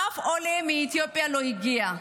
אף עולה מאתיופיה לא הגיע.